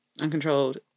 uncontrolled